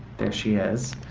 there she is.